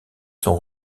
son